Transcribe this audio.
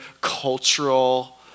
cultural